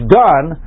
done